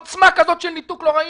עוצמה כזאת של ניתוק לא ראינו.